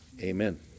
amen